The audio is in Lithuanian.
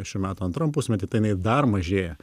šių metų antram pusmetį tai jinai dar mažėja